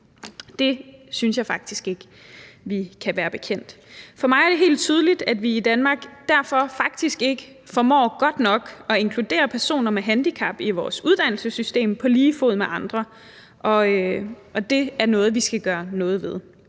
Det synes jeg faktisk ikke vi kan være bekendt. For mig er det helt tydeligt, at vi i Danmark faktisk ikke godt nok formår at inkludere personer med handicap i vores uddannelsessystem på lige fod med andre, og det er noget, vi skal gøre noget ved.